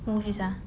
movies ah